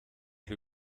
who